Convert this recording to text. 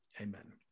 Amen